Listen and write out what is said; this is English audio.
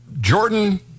Jordan